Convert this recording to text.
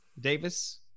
Davis